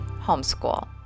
homeschool